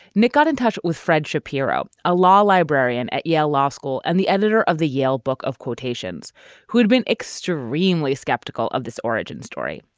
nick got in touch with fred shapiro, a law librarian at yale law school and the editor of the yale book of quotations who had been extremely skeptical of this origin story.